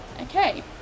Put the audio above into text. Okay